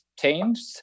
changed